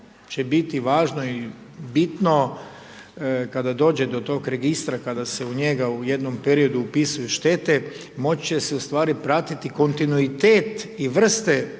će biti važno i bitno kada dođe do tog registra kada se u njega u jednom periodu upisuju štete moći će se u stvari pratiti kontinuitet i vrste nekih